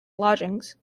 lodgings